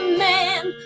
man